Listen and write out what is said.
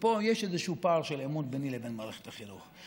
שפה יש איזשהו פער של אמון ביני לבין מערכת החינוך.